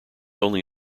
only